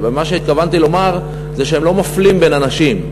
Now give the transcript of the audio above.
מה שהתכוונתי לומר זה שהם לא מפלים בין אנשים.